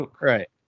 Right